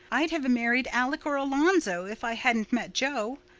i'd have married alec or alonzo if i hadn't met jo.